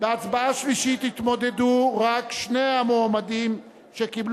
בהצבעה שלישית יתמודדו רק שני המועמדים שקיבלו